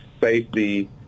safety